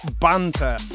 Banter